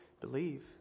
believe